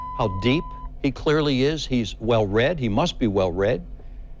how deep he clearly is. he's well-read, he must be well-read,